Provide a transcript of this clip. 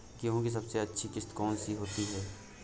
गेहूँ की सबसे अच्छी किश्त कौन सी होती है?